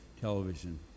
television